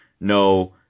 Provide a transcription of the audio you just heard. no